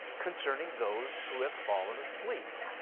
concerning those who have fallen asleep.